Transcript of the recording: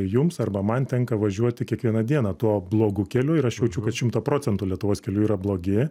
jums arba man tenka važiuoti kiekvieną dieną tuo blogu keliu ir aš jaučiu kad šimtą procentų lietuvos kelių yra blogi